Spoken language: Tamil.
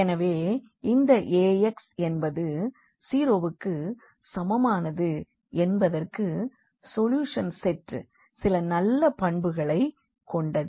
எனவே இந்த Ax என்பது 0 வுக்கு சமமானது என்பதற்கு சொல்யூஷன் செட் சில நல்ல பண்புகளை கொண்டது